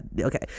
okay